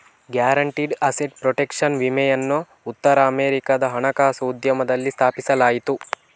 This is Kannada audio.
ಗ್ಯಾರಂಟಿಡ್ ಅಸೆಟ್ ಪ್ರೊಟೆಕ್ಷನ್ ವಿಮೆಯನ್ನು ಉತ್ತರ ಅಮೆರಿಕಾದ ಹಣಕಾಸು ಉದ್ಯಮದಲ್ಲಿ ಸ್ಥಾಪಿಸಲಾಯಿತು